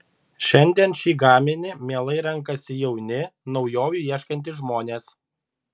šiandien šį gaminį mielai renkasi jauni naujovių ieškantys žmonės